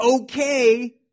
okay